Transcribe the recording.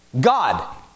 God